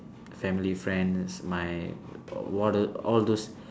family friends my all those